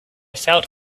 felt